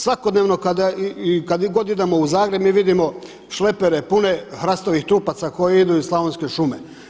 Svakodnevno, a i kada god idemo u Zagreb, mi vidimo šlepere pune hrastovih trupaca koji idu iz slavonske šume.